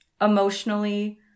emotionally